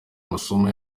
amasomo